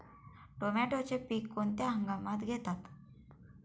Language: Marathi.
टोमॅटोचे पीक कोणत्या हंगामात घेतात?